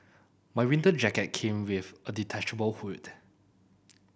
my winter jacket came with a detachable hood